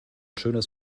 schönes